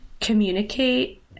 communicate